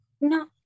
No